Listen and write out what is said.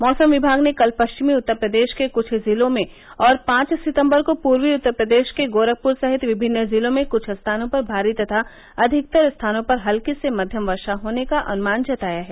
मौसम विभाग ने कल पश्चिमी उत्तर प्रदेश के क्छ जिलों में और पांच सितम्बर को पूर्वी उत्तर प्रदेश के गोरखपुर सहित विभिन्न जिलों में कुछ स्थानों पर भारी तथा अधिकतर स्थानों पर हल्की से मध्यम वर्षा होने का अनुमान जताया है